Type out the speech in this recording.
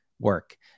work